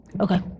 Okay